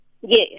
Yes